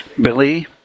Billy